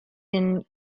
and